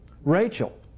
Rachel